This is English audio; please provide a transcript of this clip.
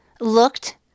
looked